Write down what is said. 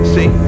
See